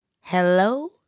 hello